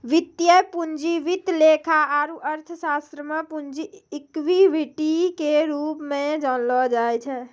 वित्तीय पूंजी वित्त लेखा आरू अर्थशास्त्र मे पूंजी इक्विटी के रूप मे जानलो जाय छै